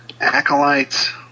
Acolytes